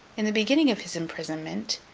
in the beginning of his imprisonment,